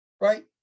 Right